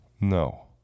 No